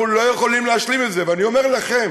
אנחנו לא יכולים להשלים עם זה, ואני אומר לכם,